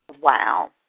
Wow